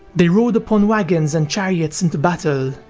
they rode upon wagons and chariots into battle,